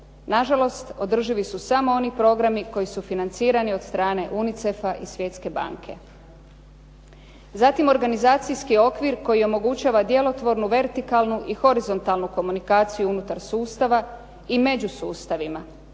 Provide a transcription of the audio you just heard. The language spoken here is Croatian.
Na žalost održivi su samo oni programi koji su financirani od strane UNICEF-a i Svjetske banke. Zatim, organizacijski okvir koji omogućava djelotvornu, vertikalnu i horizontalnu komunikaciju unutar sustava i među sustavima,